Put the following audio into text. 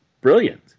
brilliant